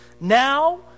Now